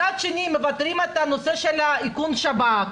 מצד שני מוותרים על נושא של איכון שב"כ,